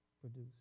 produce